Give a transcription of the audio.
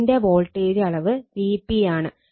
ഇതിന്റെ വോൾട്ടേജ് അളവ് Vp ആണ്